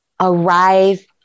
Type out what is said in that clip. Arrive